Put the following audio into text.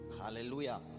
Hallelujah